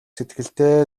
сэтгэлтэй